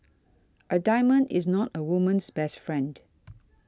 a diamond is not a woman's best friend